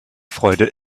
freude